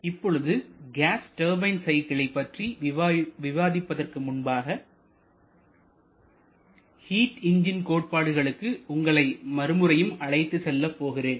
இப்பொழுது gas turbine சைக்கிள்களை பற்றி விவாதிப்பதற்கு முன்பாக ஹிட் என்ஜின் கோட்பாடுகளுக்கு உங்களை மறுமுறையும் அழைத்துச் செல்லப் போகிறேன்